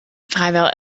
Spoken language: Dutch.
vrijwel